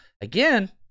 Again